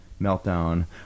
Meltdown